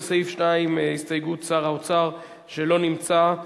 לסעיף 2, הסתייגות שר האוצר שלא נמצא.